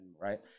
right